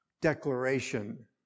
declaration